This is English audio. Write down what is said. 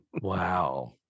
Wow